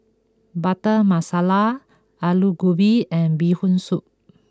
Butter Masala Aloo Gobi and Bee Hoon Soup